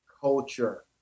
culture